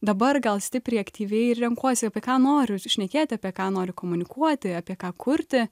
dabar gal stipriai aktyviai ir renkuosi apie ką noriu šnekėti apie ką noriu komunikuoti apie ką kurti